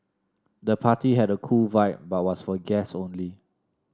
the party had a cool vibe but was for guests only